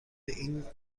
این